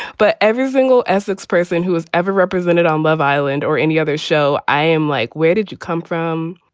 but every single essex person who has ever represented on love island or any other show, i am like, where did you come from?